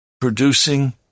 producing